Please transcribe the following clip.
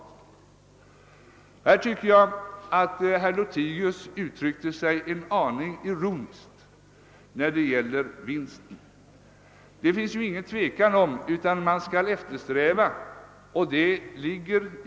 Jag tyckte att herr Lothigius uttryckte sig ironiskt om strävan efter vinst.